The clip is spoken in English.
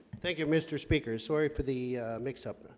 thank you mr. speaker sorry for the mix-up ah